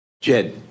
Jed